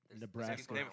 Nebraska